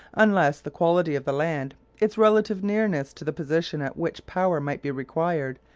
unless the quality of the land, its relative nearness to the position at which power might be required,